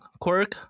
quirk